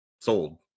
sold